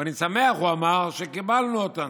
ואני שמח", הוא אמר, "שקיבלנו אותן".